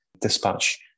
dispatch